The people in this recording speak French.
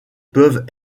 peuvent